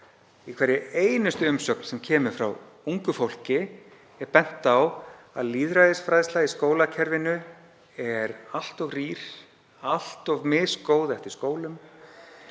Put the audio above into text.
Í hverri einustu umsögn sem kemur frá ungu fólki er bent á að lýðræðisfræðsla í skólakerfinu sé allt of rýr, misgóð eftir skólum.